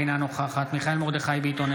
אינה נוכחת מיכאל מרדכי ביטון,